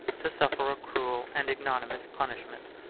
to suffer a cruel and ignominious punishment.